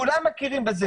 כולם מכירים בזה.